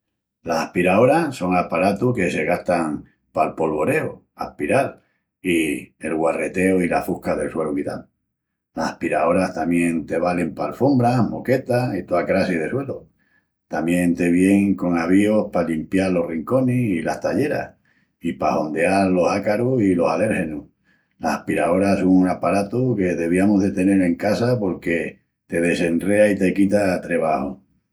Las aspiraoras son aparatus que se gastan pal polvoreu aspiral, i el guarreteu i la fusca del suelu quital. Las aspiraoras tamién te valin pa alfombras, moquetas i toa crassi de suelus. Tamién te vienin con avíus pa limpial los rinconis i las talleras, i pa hondeal los ácarus i los alérgenus. Las aspiraoras son un aparatu que deviamus de tenel en casa porque te desenrea i te quita trebaju.